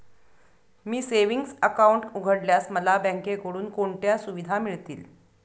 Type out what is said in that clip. मी savings account उघडल्यास मला बँकेकडून कोणत्या सुविधा मिळतील?